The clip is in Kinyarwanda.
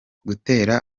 gutera